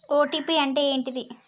OTP అంటే ఏంటిది?